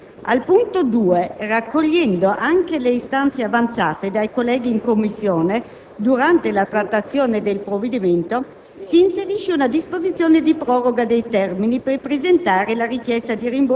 Al punto 1 della lettera *a)* si precisa che i soggetti passivi destinatari della normativa sono quelli che hanno effettuato nell'esercizio dell'impresa, arte o professione acquisti e importazioni